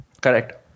Correct